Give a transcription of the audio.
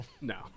No